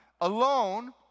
alone